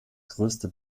größte